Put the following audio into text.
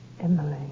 Emily